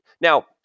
Now